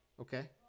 Okay